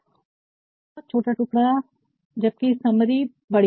अब बहुत छोटा टुकड़ा जबकि समरी सारांश बड़ी होगी